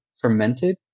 fermented